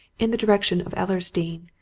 in the direction of ellersdeane,